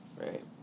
right